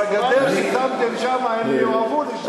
עם הגדר ששמתם שם, הם יאהבו להישאר.